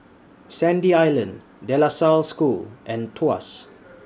Sandy Island De La Salle School and Tuas